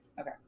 Okay